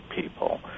people